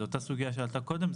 זו אותה סוגיה שעלתה קודם,